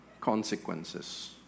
consequences